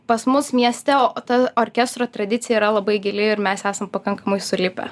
pas mus mieste o ta orkestro tradicija yra labai gili ir mes esam pakankamai sulipę